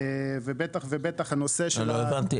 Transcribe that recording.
לא הבנתי,